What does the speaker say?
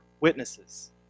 witnesses